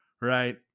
right